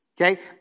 Okay